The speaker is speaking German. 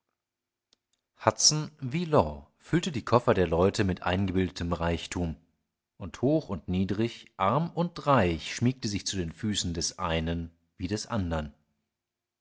law füllte die koffer der leute mit eingebildetem reichtum und hoch und niedrig arm und reich schmiegte sich zu den füßen des einen wie des andern